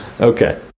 Okay